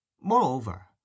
Moreover